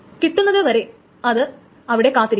കിട്ടുന്നതു വരെ അത് അവിടെ കാത്തിരിക്കും